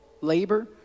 labor